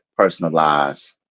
personalize